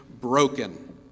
broken